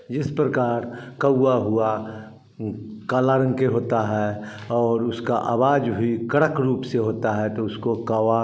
जिस प्रकार कौआ हुआ वो काला रंग के होता है और उसका आवाज भी कड़क रूप से होता है तो उसको कौवा